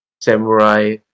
samurai